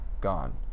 gone